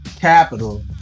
capital